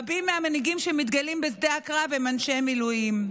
רבים מהמנהיגים שמתגלים בשדה הקרב הם אנשי מילואים,